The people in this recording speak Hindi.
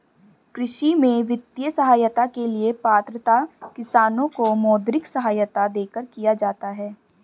कृषि में वित्तीय सहायता के लिए पात्रता किसानों को मौद्रिक सहायता देकर किया जाता है